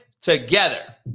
together